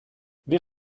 wir